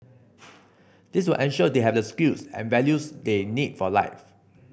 this will ensure they have the skills and values they need for life